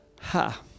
ha